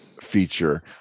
feature